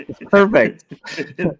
Perfect